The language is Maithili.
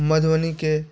मधुबनीके